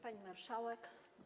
Pani Marszałek!